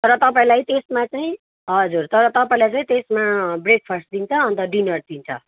तर तपाईँलाई त्यसमा चाहिँ हजुर तर तपाईँलाई चाहिँ त्यसमा ब्रेकफास्ट दिन्छ अन्त डिनर दिन्छ